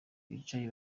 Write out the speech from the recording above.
bicaye